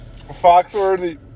Foxworthy